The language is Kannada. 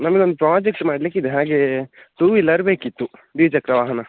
ನಮ್ಮದು ಒಂದು ಪ್ರಾಜೆಕ್ಟ್ಸ್ ಮಾಡಲಿಕ್ಕಿದೆ ಹಾಗೇ ಟೂ ವೀಲರ್ ಬೇಕಿತ್ತು ದ್ವಿ ಚಕ್ರ ವಾಹನ